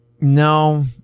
No